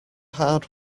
hard